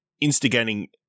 instigating